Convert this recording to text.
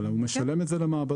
אבל הוא משלם את זה למעבדות.